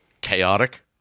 chaotic